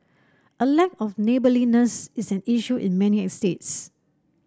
a lack of neighbourliness is an issue in many estates